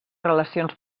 relacions